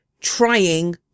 trying